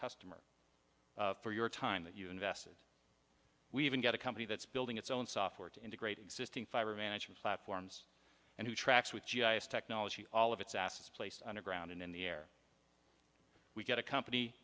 customer for your time that you invested we even get a company that's building its own software to integrate existing fire management platforms and who tracks with technology all of its assets placed underground and in the air we get a company